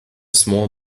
small